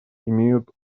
имеют